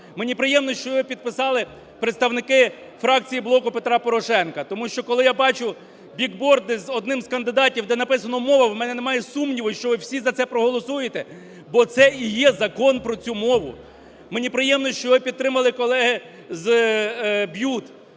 Мені приємно, що його підписали представники фракції "Блоку Петра Порошенка", тому що, коли я бачу біг-борди з одним з кандидатів, де написано: "Мова", - в мене немає сумніву, що ви всі за цей проголосуєте, бо це і є закон про цю мову. Мені приємно, що ви підтримали, колеги з БЮТ,